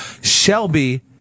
Shelby